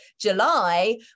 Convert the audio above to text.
July